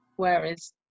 Whereas